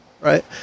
right